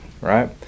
right